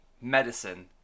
Medicine